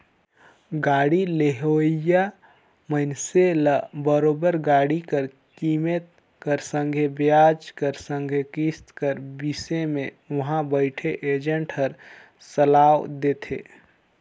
गाड़ी लेहोइया मइनसे ल बरोबेर गाड़ी कर कीमेत कर संघे बियाज कर संघे किस्त कर बिसे में उहां बइथे एजेंट हर सलाव देथे